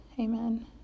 amen